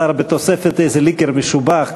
התוספת של איזה ליקר משובח,